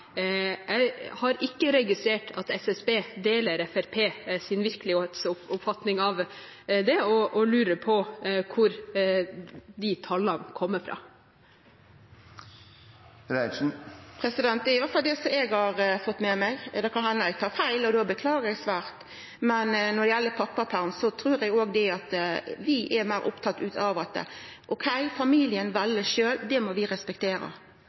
eg har fått med meg. Det kan henda at eg tar feil, og då beklagar eg svært. Men når det gjeld pappaperm, trur eg òg at vi er meir opptatt av at familiane vel sjølve, og at det må vi